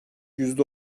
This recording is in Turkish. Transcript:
yüzde